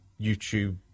YouTube